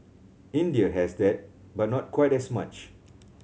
India has that but not quite as much